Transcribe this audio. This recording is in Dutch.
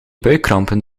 buikkrampen